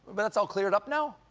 but that's all cleared up now?